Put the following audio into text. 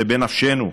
זה בנפשנו.